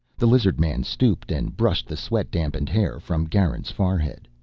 the lizard-man stooped and brushed the sweat-dampened hair from garin's forehead.